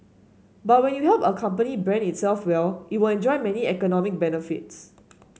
but when you help a company brand itself well it will enjoy many economic benefits